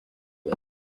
there